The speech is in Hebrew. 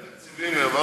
הרבה תקציבים העברנו.